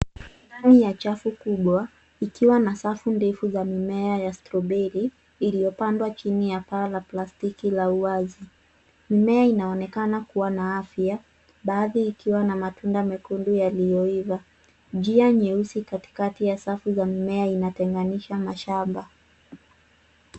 Ndani ya chafu kubwa, ikiwa na safu ndefu za mimea ya stroberi, iliyopandwa chini ya paa la plastiki la uwazi. Mimea inaonekana kuwa na afya, baadhi ikiwa na matunda mekundu yaliyoiva. Njia nyeusi katikati ya safu za mimea inatenganisha mashamba.